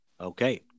Okay